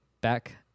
back